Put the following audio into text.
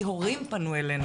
כי הורים פנו אלינו.